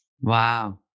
Wow